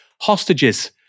hostages